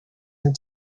and